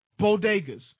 bodegas